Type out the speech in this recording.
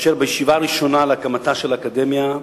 בישיבה הראשונה לאחר הקמתה של האקדמיה,